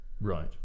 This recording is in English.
Right